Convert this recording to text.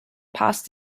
past